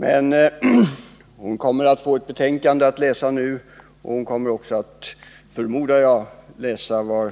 Men hon kommer att få ett betänkande att läsa, och hon kommer också, förmodar jag, att läsa vad